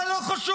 זה לא חשוב.